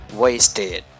wasted